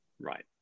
Right